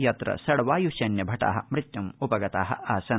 यत्र षड् वायुसैन्य भटा मृत्युपगता आसन्